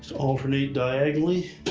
alternate diagonally,